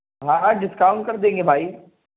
ہاں ڈسکاؤنٹ کر دیں گے بھائی